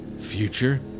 future